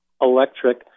electric